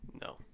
No